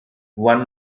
one